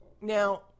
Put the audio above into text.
now